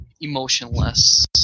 emotionless